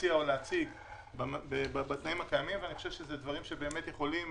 להציע בתנאים הקיימים ואלה דברים שיכולים